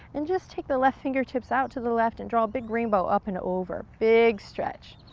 and just take the left fingertips out to the left and draw a big rainbow up and over. big stretch.